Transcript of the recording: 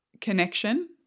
Connection